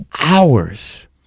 hours-